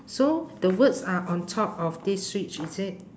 so the words are on top of this switch is it